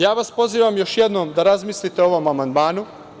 Ja vas pozivam još jednom da razmislite o ovom amandmanu.